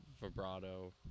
vibrato